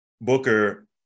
Booker